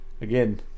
again